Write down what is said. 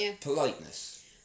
politeness